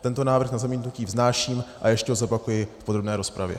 Tento návrh na zamítnutí vznáším a ještě ho zopakuji v podrobné rozpravě.